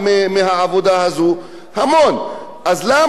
אז למה לא לחשוב כמו בכל מדינה,